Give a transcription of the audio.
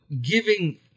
giving